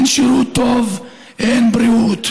כשאין שירות טוב אין בריאות.